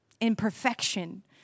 imperfection